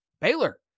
Baylor